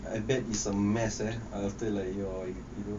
I bet is a mess eh after like your itu